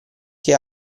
che